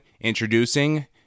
introducing